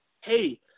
hey –